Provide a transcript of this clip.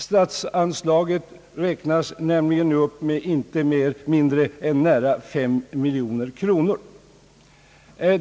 Statsanslaget räknas nämligen upp med inte mindre än 5 miljoner kronor.